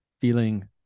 feeling